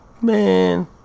man